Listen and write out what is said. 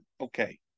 Okay